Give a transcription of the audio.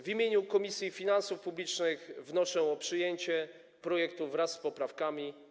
W imieniu Komisji Finansów Publicznych wnoszę o przyjęcie tego projektu wraz z poprawkami.